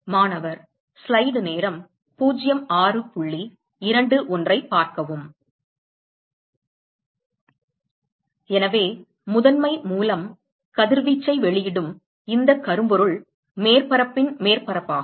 மாணவர் எனவே முதன்மை மூலம் கதிர்வீச்சை வெளியிடும் இந்த கரும்பொருள் மேற்பரப்பின் மேற்பரப்பாகும்